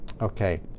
Okay